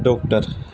doctor